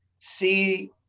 see